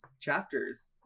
chapters